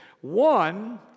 One